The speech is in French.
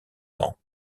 temps